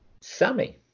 Sammy